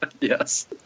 Yes